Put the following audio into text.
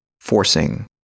forcing